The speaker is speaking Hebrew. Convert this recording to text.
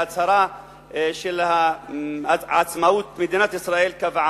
גם בהצהרת העצמאות וגם בחוק הישראלי.